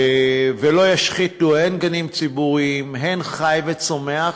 ולא ישחיתו הן גנים ציבוריים, הן חי וצומח,